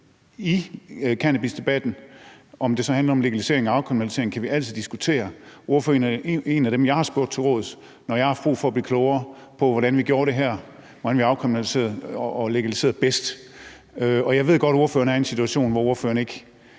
i cannabisdebatten. Om det så handler om legalisering eller afkriminalisering, kan vi altid diskutere. Ordføreren er en af dem, jeg har spurgt til råds, når jeg har haft brug for at blive klogere på, hvordan vi gør det her, altså hvordan vi afkriminaliserer eller legaliserer bedst. Jeg ved godt, at ordføreren er i en situation, hvor hun ikke